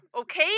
okay